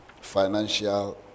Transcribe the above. financial